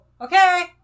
Okay